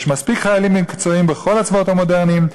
יש מספיק חיילים מקצועיים בכל הצבאות המודרניים,